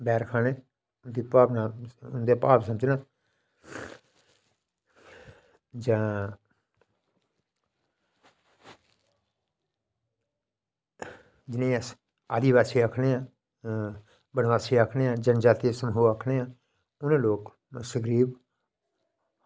बैर खाने उंदी भावना उंदे भाव सुनदे जां जिनेंगी अस आदिवासी आक्खने आं वनवासी आक्खने आं जनजाति समूह् आक्खने आं ओह् लोक सुग्रीव